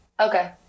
Okay